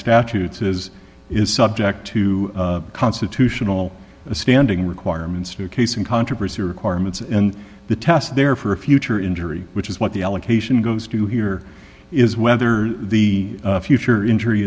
statutes as is subject to constitutional standing requirements to a case in controversy requirements and the test there for a future injury which is what the allocation goes to here is whether the future injury